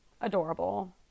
adorable